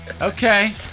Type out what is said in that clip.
Okay